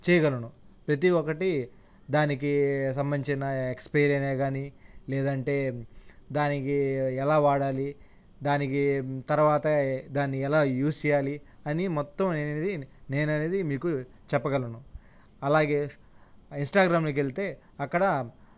చేయగలను ప్రతీ ఒక్కటి దానికీ సంబంధించిన ఎక్స్పైరీ అనే కానీ లేదంటే దానికి ఎలా వాడాలి దానికి తర్వాత దాన్ని ఎలా యూస్ చేయాలి అని మొత్తం నేను అనేది నేను అనేది మీకు చెప్పగలను అలాగే ఇన్స్టాగ్రామ్లోకి వెళ్తే అక్కడ